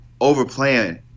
overplaying